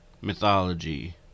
mythology